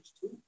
two